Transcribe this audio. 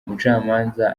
umucamanza